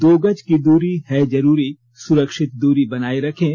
दो गज की दूरी है जरूरी सुरक्षित दूरी बनाए रखें